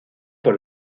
por